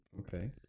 Okay